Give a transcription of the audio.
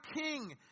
king